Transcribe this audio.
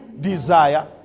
desire